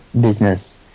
business